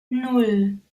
nan